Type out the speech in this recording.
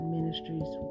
Ministries